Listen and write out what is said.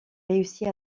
réussit